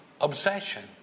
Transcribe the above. obsession